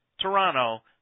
Toronto